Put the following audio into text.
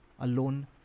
alone